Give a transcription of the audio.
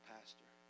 Pastor